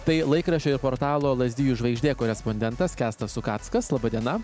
tai laikraščio ir portalo lazdijų žvaigždė korespondentas kęstas sukackas laba diena